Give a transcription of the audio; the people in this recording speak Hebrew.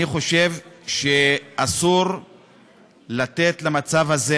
אני חושב שאסור לתת למצב הזה,